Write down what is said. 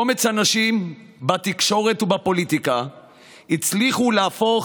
קומץ אנשים בתקשורת ובפוליטיקה הצליחו להפוך